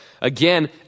again